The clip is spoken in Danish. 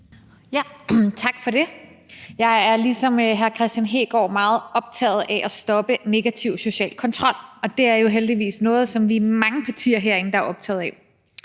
Tak for det. Jeg er ligesom hr. Kristian Hegaard meget optaget af at stoppe negativ social kontrol, og det er jo heldigvis noget, som vi er mange partier herinde der er optaget af.